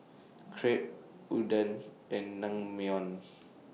Crepe Udon and Naengmyeon